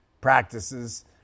practices